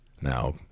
now